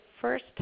first